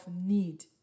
need